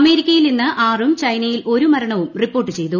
അമേരിക്കയിൽ ഇന്ന് ആറും ചൈനയിൽ ഒരു മരണവും റിപ്പോർട്ട് ക്ഷ്യ്തു